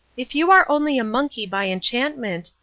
if you are only a monkey by enchantment,